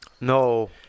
No